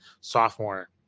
sophomore